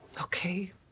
Okay